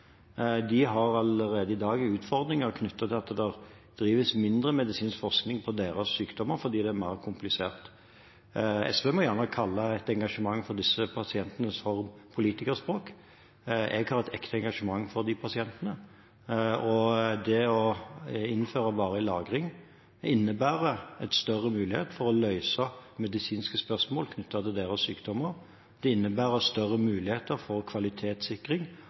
De har allerede i dag utfordringer knyttet til at det drives mindre medisinsk forskning på deres sykdommer fordi de er mer komplisert. SV må gjerne kalle et engasjement for disse pasientene for politikerspråk. Jeg har et ekte engasjement for de pasientene, og det å innføre varig lagring innebærer en større mulighet for å løse medisinske spørsmål knyttet til deres sykdom. Det innebærer større mulighet for kvalitetssikring